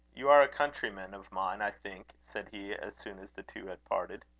you are a countryman of mine, i think, said he, as soon as the two had parted.